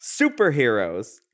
Superheroes